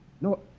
No